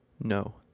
No